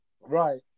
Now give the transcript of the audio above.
Right